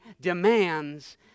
demands